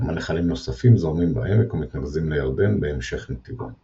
כמה נחלים נוספים זורמים בעמק ומתנקזים לירדן בהמשך נתיבו.